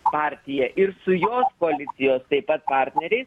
partija ir su jos koalicijos taip pat partneriais